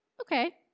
okay